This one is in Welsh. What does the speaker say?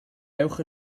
ewch